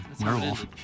Werewolf